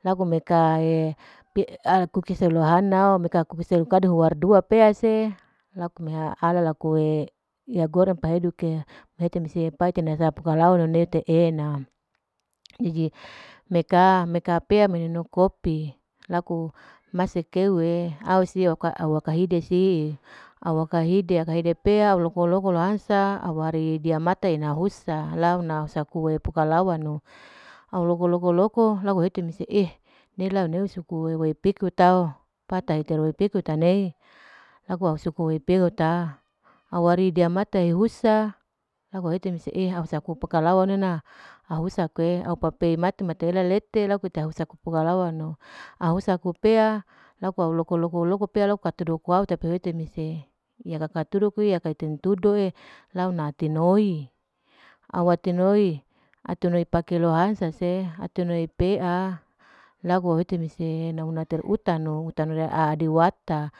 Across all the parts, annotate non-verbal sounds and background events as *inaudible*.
Laku meka *hesitation* ala kukisa lohana'o, meka kukis sha huar dua pea, se laku meha ala laku iya goreng pehiduke, mehete mese paeta nasa pukalawanu mete e'ena, jadi meka, meka pea menunu kopi laku mase keu e, au siu au haka hide si au aka hide, aka hide pea au loko-loko lohansa aware diamata ena husa launa husaku pukalawanu, au loko loko loko mehete mese nela neu suku weweu pikuta'o, patatereo pikuta nei laku au supu pikuta, awari deamata yehusa laku au hete mese eh hausa pukalawanana, auhusa kue papemati mate ela letelaku tahusa pukalawanu, ahusa aku pea laku au loko loko loko pea laku ater dukuwau ehete mese, iya kaka tudu kui iya kain tantudu'e, au naatinoi awate noi ater noi pake lohansa se, aternoi pea, laku auhete mese nauna utarnu, utarnu a'adewata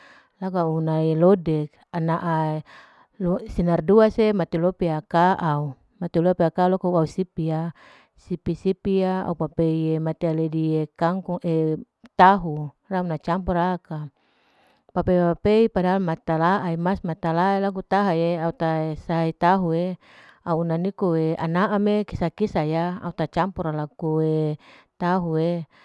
laku auna lodek, ana'a sinar dua se matir lope akaau, mater lope akau sipi ya, sipi-sipi ya pei amater aledi kangkung *hesitation* tahu nauna campor akang, papea pei padahal materla'a mas matalae laku taha'e, au taha'e sayur tahu'e, auna niko'e anaam'e kisa-kisa ya, au tak campur laku *hesitation* tahu'e.